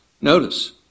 Notice